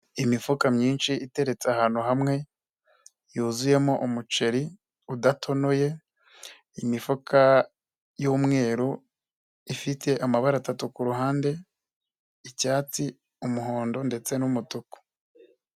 Imifuka myinshi iteretse ahantu hamwe yuzuyemo umuceri udatonoye. Imifuka y'umweru ifite amabara atatu ku ruhande; icyatsi umuhondo ndetse n'umutuku.